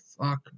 Fuck